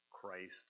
Christ